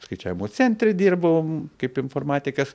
skaičiavimo centre dirbau kaip informatikas